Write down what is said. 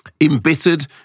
embittered